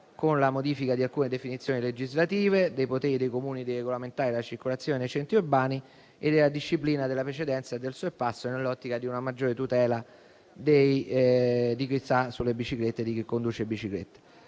con la modifica di alcune definizioni legislative, dei poteri dei Comuni di regolamentare la circolazione nei centri urbani e della disciplina della precedenza e del sorpasso, nell'ottica di una maggiore tutela di chi conduce biciclette. Si prevede, inoltre,